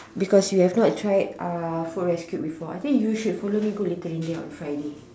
because you have not try uh food rescue before I think you should follow me go little India on Friday